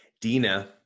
Dina